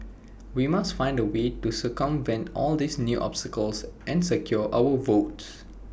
we must find A way to circumvent all these new obstacles and secure our votes